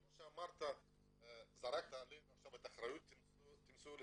כמו שזרקת עלינו עכשיו את האחריות "תמצאו לי